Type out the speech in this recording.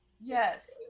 Yes